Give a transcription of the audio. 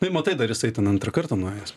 tai matai dar jisai ten antrą kartą nuėjęs taip